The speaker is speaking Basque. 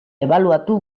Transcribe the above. ebaluatu